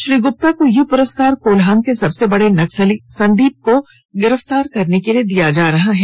श्री गुप्ता को यह पुरस्कार कोल्हान के सबसे बड़े नक्सली संदीप को गिरफ्तार करने के लिए दिया जा रहा है